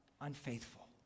unfaithful